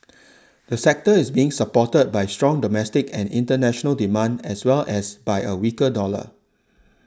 the sector is being supported by strong domestic and international demand as well as by a weaker dollar